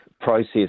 process